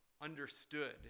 understood